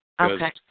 Okay